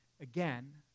again